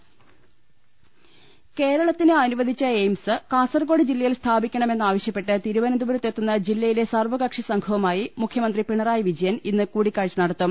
ട കേരളത്തിന് അനുവദിച്ച എയിംസ് കാസർകോട് ജില്ലയിൽ സ്ഥാപി ക്കണമെന്നാവശ്യപ്പെട്ട് തിരുവനന്തപുരത്തെത്തുന്ന ജില്ലയിലെ സർവ്വക ക്ഷിസംഘവുമായി മുഖ്യമന്ത്രി പിണറായി വിജയൻ ഇന്ന് കൂടിക്കാഴ്ച നടത്തും